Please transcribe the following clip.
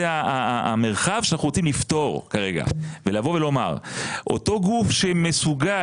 זה המרחב שאנחנו רוצים לפתור ולומר שאותו גוף שמסוגל